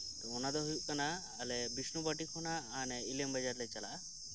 ᱚᱱᱟᱫᱚ ᱦᱩᱭᱩᱜ ᱠᱟᱱᱟ ᱟᱞᱮ ᱵᱤᱥᱱᱩ ᱯᱟᱴᱤ ᱠᱷᱚᱱᱟᱜ ᱦᱟᱱᱮ ᱤᱞᱟᱢ ᱵᱟᱡᱟᱨ ᱞᱮ ᱪᱟᱞᱟᱜᱼᱟ